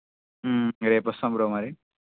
రేపు వస్తాను బ్రో మరి